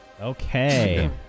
Okay